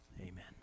Amen